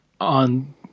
on